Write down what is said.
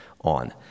on